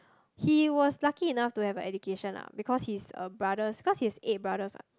he was lucky enough to have a education lah because he's a brother cause he has eight brothers what